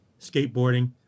skateboarding